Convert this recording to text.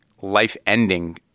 life-ending